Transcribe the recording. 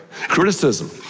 Criticism